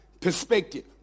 perspective